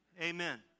Amen